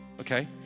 okay